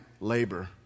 labor